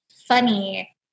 funny